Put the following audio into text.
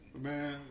Man